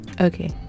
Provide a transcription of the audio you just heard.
Okay